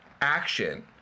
action